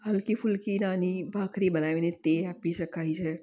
હલકી ફુલકી નાની ભાખરી બનાવીને તે આપી શકાય છે